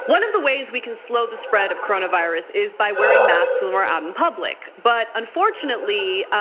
one of the ways we can slow the spread of corona virus is by wearing masks when we're out in public. but unfortunately,